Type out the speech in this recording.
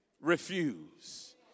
refuse